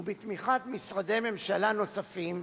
ובתמיכת משרדי ממשלה נוספים,